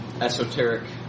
esoteric